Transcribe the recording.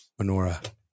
Menorah